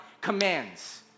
commands